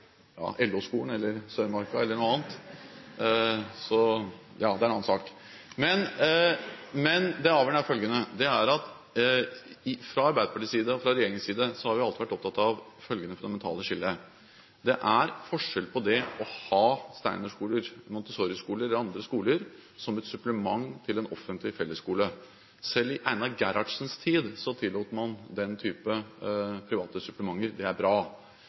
Sørmarka eller noe annet. Men det er en annen sak. Det avgjørende er at vi fra Arbeiderpartiets og regjeringens side alltid har vært opptatt av følgende fundamentale skille: Det er forskjell på det å ha Steinerskoler, Montessoriskoler eller andre skoler som et supplement til den offentlige fellesskole. Selv i Einar Gerhardsens tid tillot man den type private supplementer – det er bra.